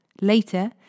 Later